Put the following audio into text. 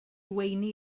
weini